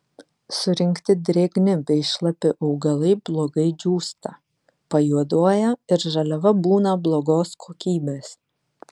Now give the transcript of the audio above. surinkti drėgni bei šlapi augalai blogai džiūsta pajuoduoja ir žaliava būna blogos kokybės